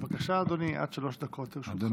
בבקשה, עד שלוש דקות לרשותך.